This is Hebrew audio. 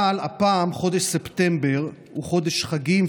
אבל הפעם חודש ספטמבר הוא חודש חגים,